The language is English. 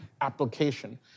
application